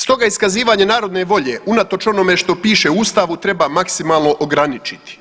Stoga iskazivanje narodne volje unatoč onome što piše u ustavu treba maksimalno ograničiti.